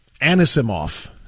Anisimov